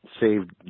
saved